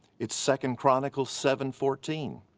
it's second chronicles seven fourteen.